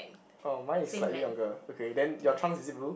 oh my is slightly longer okay then your trunks is it blue